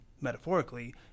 metaphorically